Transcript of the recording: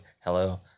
Hello